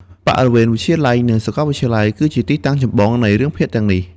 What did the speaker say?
បរិវេណវិទ្យាល័យ និង សាកលវិទ្យាល័យ គឺជាទីតាំងចម្បងនៃរឿងភាគទាំងនេះ។